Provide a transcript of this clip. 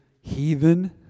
heathen